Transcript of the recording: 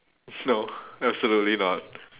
no absolutely not